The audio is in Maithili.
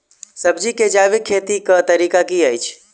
सब्जी केँ जैविक खेती कऽ तरीका की अछि?